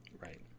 Right